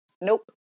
Nope